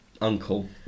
uncle